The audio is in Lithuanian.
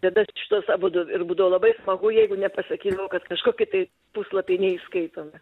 tada šituos abudu ir būdavo labai smagu jeigu nepasakydavo kad kažkokie tai puslapiai neįskaitomi